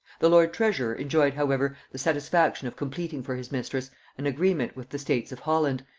the lord treasurer enjoyed however the satisfaction of completing for his mistress an agreement with the states of holland,